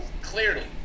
clearly